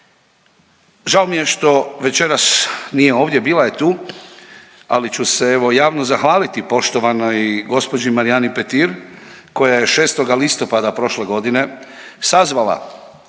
Žao mi je što večeras nije ovdje, bila je tu, ali ću se evo javno zahvaliti poštovanoj gospođi Marijani Petir koja je 6. listopada prošle godine sazvala